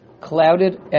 clouded